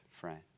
friend